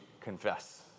confess